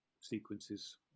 sequences